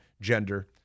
gender